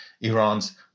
Iran's